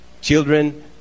Children